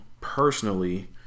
personally